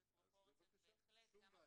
אז בבקשה, אין שום בעיה.